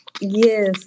yes